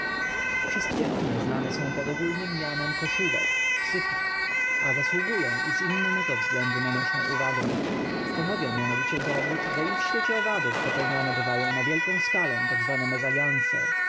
wszystkie one znane są pod ogólnem mianem koszówek psyche a zasługują i z innego względu na naszą uwagę stanowią mianowicie dowód że i w świecie owadów popełniane bywają na wielką skalę tak zwane mezalianse